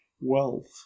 wealth